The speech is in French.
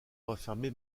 refermée